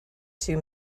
two